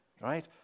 right